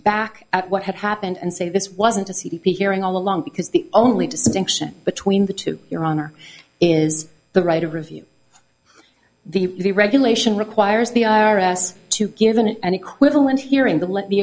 back at what had happened and say this wasn't a c d p hearing all along because the only distinction between the two your honor is the right of review the regulation requires the i r s to given an equivalent hearing the let the